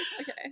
Okay